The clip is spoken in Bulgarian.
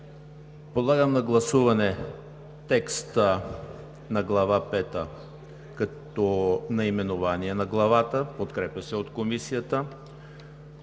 Подлагам на гласуване текста на Глава пета като наименование на Главата – подкрепено от Комисията,